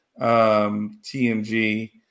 TMG